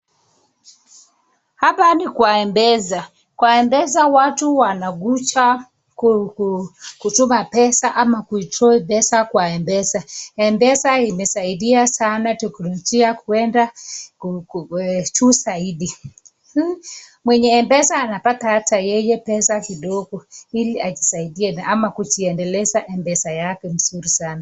Hapa ni kwa mpesa, kwa mpesa watu wanakuja kujunga pesa ama uitoe pesa kwa mpesa, mpesa imesaidia sana teknologia kuenda juu zaidi, mwenye mpesa anapata ata yeye pesa kidogo ili ajisaidie nayo ama kuziendeleza mpesa yake mzuri sana.